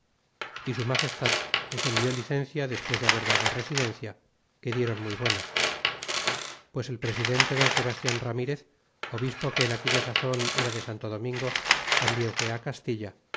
é su magestad les envió licencia despues de haber dado residencia que dieron ramirez obispo que en aquella sazon era de santo domingo tambien fué castilla